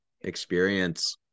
experience